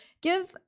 give